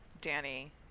Danny